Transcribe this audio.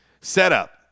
Setup